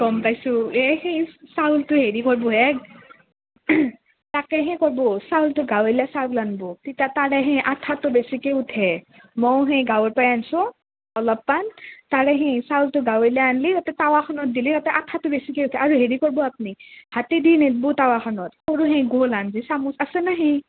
গম পাইছোঁ এ সেই চাউলটো হেৰি কৰিব হে তাকে সেই কৰ্ব চাউলটো গাঁৱলীয়া চাউল আন্ব তেতিয়া তাৰে সেই আঠাটো বেছিকৈ উঠে ময়ো সেই গাঁৱৰ পৰাই আন্ছো অলপমান তাৰে সেই চাউলটো গাঁৱলীয়া আন্লি অলপমান তাৱাখনত দিলি আঠাটো বেছিকে উঠে আৰু হেৰি কৰ্ব আপ্নি হাতে দি নেদ্ব তাৱাখনত আৰু সৰু সেই গোল চামুচ আছেনে সেই